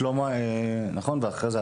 שלמה, ואחר כך אתה?